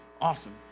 Awesome